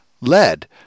Lead